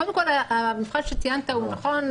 קודם כול, המבחן שציינת הוא נכון.